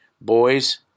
Boys